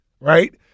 right